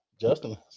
justin